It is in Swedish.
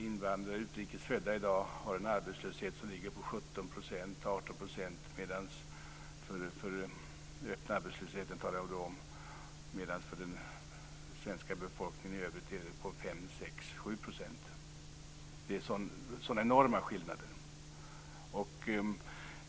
Invandrare och utrikes födda har i dag en öppen arbetslöshet som ligger på 17-18 %, medan den för den svenska befolkningen i övrigt är 5, 6 eller 7 %. Det är enorma skillnader.